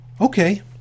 okay